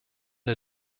der